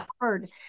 hard